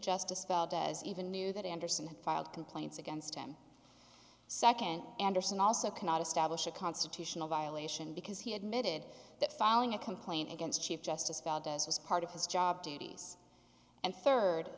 justice valdez even knew that andersen had filed complaints against him second anderson also cannot establish a constitutional violation because he admitted that filing a complaint against chief justice valdez was part of his job duties and third